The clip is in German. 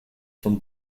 von